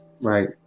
right